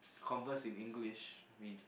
converse in English with